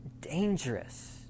dangerous